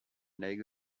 legs